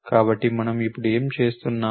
కాబట్టి మనం ఇప్పుడు ఏమి చేస్తున్నాము